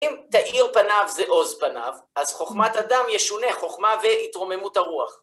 אם תאיר פניו זה עוז פניו, אז חוכמת אדם ישונה חוכמה והתרוממות הרוח.